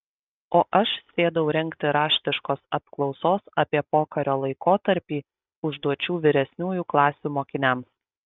o aš sėdau rengti raštiškos apklausos apie pokario laikotarpį užduočių vyresniųjų klasių mokiniams